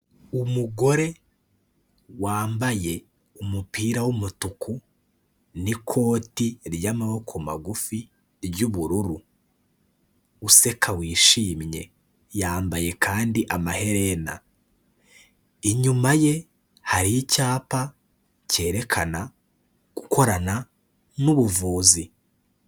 Umugore wambaye umupira w'umutuku n'ikoti ry'amaboko magufi ry'ubururu useka wishimye, yambaye kandi amaherena, inyuma ye hari icyapa cyerekana gukorana n'ubuvuzi.